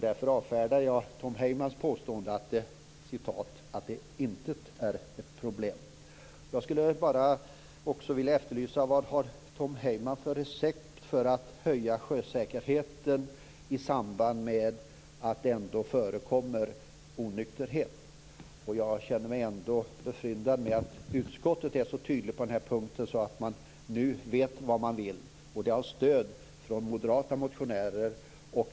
Därför avfärdar jag Tom Heymans påstående om att det inte är ett problem. Jag skulle också vilja efterlysa Tom Heymans recept för att höja sjösäkerheten i samband med den onykterhet som ändå förekommer. Jag känner mig befryndad med utskottet, som är så tydligt på denna punkt. Man vet nu vad man vill. Det finns stöd från moderata motionärer.